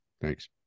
thanks